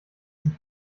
sich